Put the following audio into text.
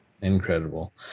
incredible